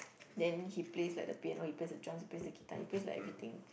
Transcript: then he plays like the piano he plays the drums he plays the guitar he plays like everything